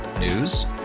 News